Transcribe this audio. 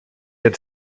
had